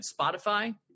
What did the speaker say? Spotify